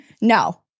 no